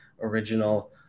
original